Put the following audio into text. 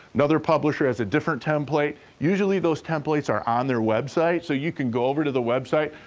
another publisher has a different template. usually those templates are on their website, so you can go over to the website,